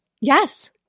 Yes